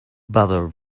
butter